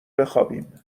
بخابیم